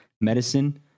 medicine